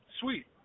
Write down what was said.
Sweet